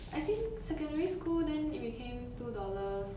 I think secondary school then it became two dollars